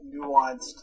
nuanced